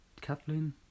Kathleen